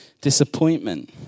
disappointment